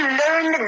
learn